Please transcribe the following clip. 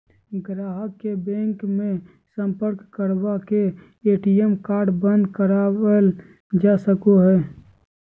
गाहक के बैंक मे सम्पर्क करवा के ए.टी.एम कार्ड बंद करावल जा सको हय